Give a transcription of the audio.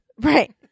Right